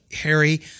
Harry